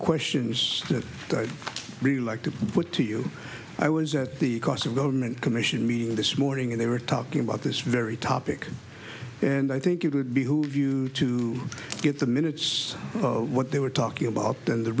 questions that we like to be to you i was at the cost of government commission meeting this morning and they were talking about this very topic and i think it would behoove you to get the minutes of what they were talking about the